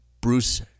Bruce